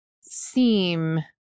seem